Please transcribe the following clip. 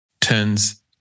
turns